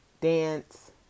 dance